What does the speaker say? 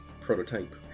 prototype